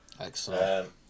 Excellent